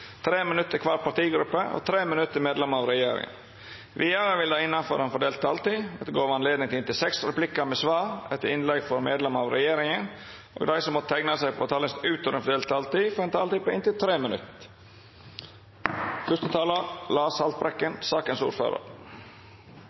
tre replikkar med svar etter innlegg frå medlemer av regjeringa. Dei som måtte teikna seg på talarlista utover den fordelte taletida, får ei taletid på inntil 3 minutt.